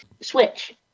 Switch